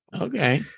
Okay